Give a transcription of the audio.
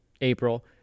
April